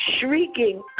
shrieking